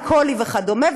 האי-קולי וכדומה,